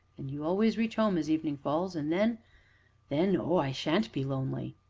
and you always reach home as evening falls, and then then oh! i sha'n't be lonely.